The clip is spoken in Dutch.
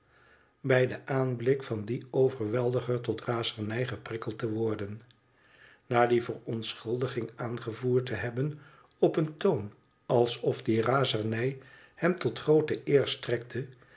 bij den aanblik van dien overweldiger tot razernij geprikkeld te worden na die verontschuldiging aangevoerd te hebben op een toon alsof die razernij hem tot groote eer strekte